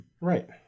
Right